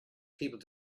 people